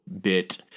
bit